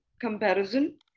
comparison